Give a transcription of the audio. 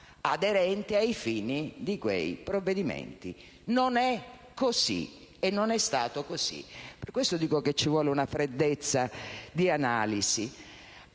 aderenti ai fini dei provvedimenti. Non è e non è stato così. Per questo dico che ci vuole freddezza di analisi.